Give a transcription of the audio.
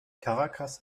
caracas